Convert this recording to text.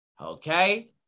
okay